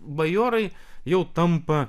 bajorai jau tampa